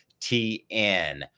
TN